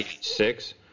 six